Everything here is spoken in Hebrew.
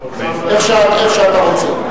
איך שאתה רוצה.